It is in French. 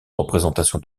représentation